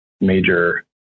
major